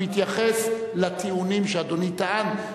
הוא התייחס לטיעונים שאדוני טען,